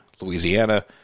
Louisiana